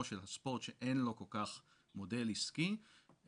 של הספורט שאין לו כל כך מודל עסקי בפלטפורמות.